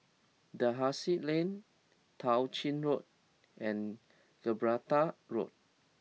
Dalhousie Lane Tao Ching Road and Gibraltar Road